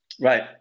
right